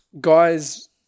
guys